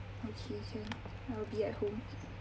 okay can I will be at home